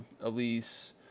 Elise